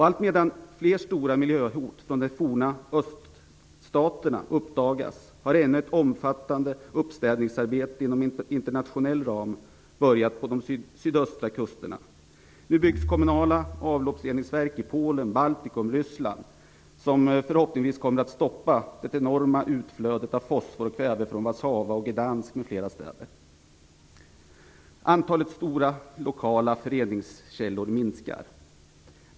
Allt medan fler stora miljöhot från de forna öststaterna uppdagas har ännu ett omfattande uppstädningsarbete inom internationell ram börjat på de sydöstra kusterna. Nu byggs det kommunala avloppsreningsverk i Polen, Baltikum och Ryssland som förhoppningsvis kommer att stoppa det enorma utflödet av fosfor och kväve från Warszawa, Gdansk m.fl. Antalet stora lokala föroreningskällor minskar.